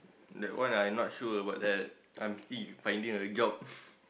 that one I not sure about that I'm still finding a job